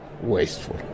wasteful